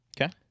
Okay